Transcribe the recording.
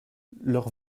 leur